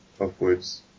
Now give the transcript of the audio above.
upwards